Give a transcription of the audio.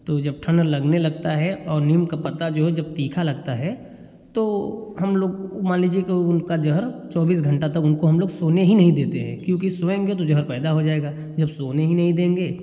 तो जब ठण्ड लगने लगता है और नीम का पत्ता जो है जब तीखा लगता है तो हम लोग मान लीजिए कि उनका जहर चौबीस घंटा तक उनको हम लोग सोने ही नहीं देते हैं क्योंकि सोएँगे तो जहर पैदा हो जाएगा जब सोने ही नहीं देंगे